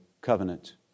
covenant